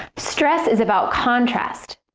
stress is about contrast,